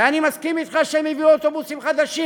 ואני מסכים אתך שהם הביאו אוטובוסים חדשים,